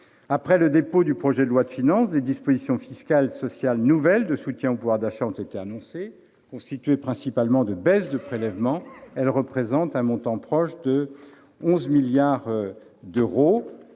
Après le dépôt du projet de loi de finances, des dispositions fiscales et sociales nouvelles de soutien au pouvoir d'achat ont été annoncées. Constituées principalement de baisses de prélèvements, elles représentent un montant proche de 11 milliards d'euros.